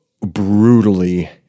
brutally